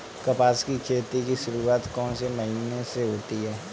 कपास की खेती की शुरुआत कौन से महीने से होती है?